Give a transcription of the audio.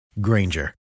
Granger